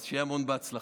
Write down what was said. אז שיהיה המון בהצלחה.